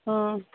ꯑꯥ